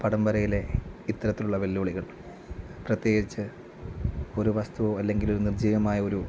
പടംവരയിലെ ഇത്തരത്തിലുള്ള വെല്ലുവിളികൾ പ്രത്യേകിച്ച് ഒരു വസ്തുവോ അല്ലെങ്കിലൊരു നിർജീവമായ ഒരു